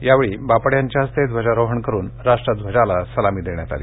यावेळी बापट यांच्या हस्ते ध्वजारोहण करून राष्ट्रध्वजाला सलामी देण्यात आली